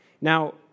Now